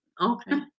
Okay